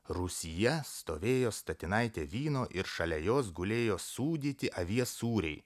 rūsyje stovėjo statinaitė vyno ir šalia jos gulėjo sūdyti avies sūriai